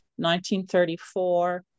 1934